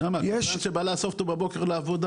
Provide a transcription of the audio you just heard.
למה, זה זה שבא לאסוף אותו בבוקר לעבודה.